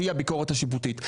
שהיא הביקורת השיפוטית.